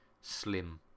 slim